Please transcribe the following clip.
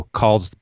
calls